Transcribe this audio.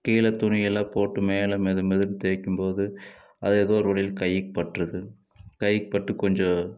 கீழே துணியெல்லாம் போட்டு மேலே மெதுமெதுன்னு தேய்க்கும்போது அது ஏதோ ஒரு வழியில் கைக்கு பட்டுடுது கைக்குப்பட்டு கொஞ்சம்